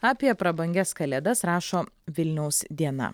apie prabangias kalėdas rašo vilniaus diena